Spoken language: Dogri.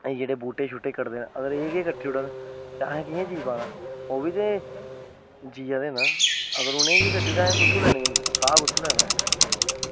अगर एह् जेह्ड़े बूह्टे कटदे अगर एह् गै कटी ओड़ो ते असें कियां जीऽ पाना ओह्बी ते जीआ दे ना अगर उनेंगी बी कटी ओड़ो ते असें तां साह् कुत्थूं लैना असें